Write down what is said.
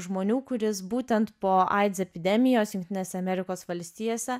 žmonių kuris būtent po aids epidemijos jungtinėse amerikos valstijose